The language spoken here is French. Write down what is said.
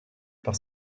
par